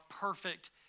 perfect